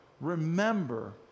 remember